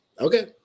okay